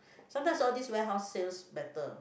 sometimes all these warehouse sales better